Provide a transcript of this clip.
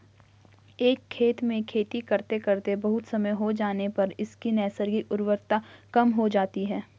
एक खेत में खेती करते करते बहुत समय हो जाने पर उसकी नैसर्गिक उर्वरता कम हो जाती है